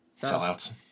Sellouts